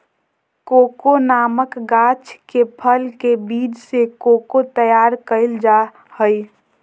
cocoa नामक गाछ के फल के बीज से कोको तैयार कइल जा हइ